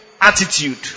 attitude